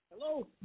Hello